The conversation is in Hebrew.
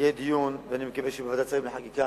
יהיה דיון, ואני מקווה שבוועדת השרים לחקיקה